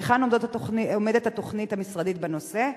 היכן עומדת התוכנית המשרדית בנושא זה?